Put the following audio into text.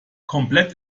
komplett